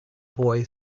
boy